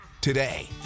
today